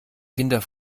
kinder